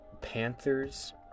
Panthers